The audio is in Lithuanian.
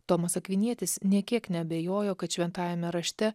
tomas akvinietis nė kiek neabejojo kad šventajame rašte